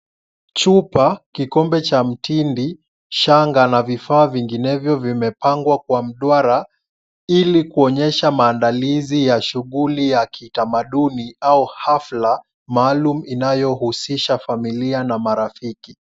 Chupa, kikombe cha mtindi, shanga na vifaa vinginevyo vimepangwa kwa mduara ili kuonyesha maandalizi ya shughuli ya kitamaduni au hafla maalum inayohusisha familia na marafiki.